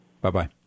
Bye-bye